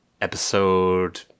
Episode